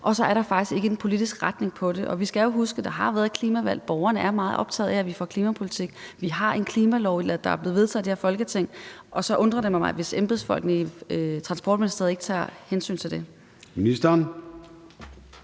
og så er der faktisk ikke en politisk retning på det. Vi skal jo huske, at der har været et klimavalg, at borgerne er meget optagede af, at vi får klimapolitik. Vi har en klimalov, der er blevet vedtaget i det her Folketing, og så undrer det mig, hvis embedsfolkene i Transportministeriet ikke tager hensyn til det. Kl.